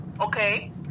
okay